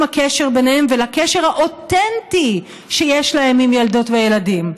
הקשר ביניהן ולקשר האותנטי שיש להן עם ילדות וילדים.